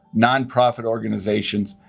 non-profit organizations,